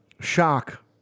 Shock